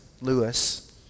Lewis